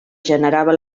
generava